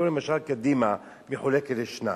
היום, למשל, קדימה מחולקת לשניים,